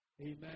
Amen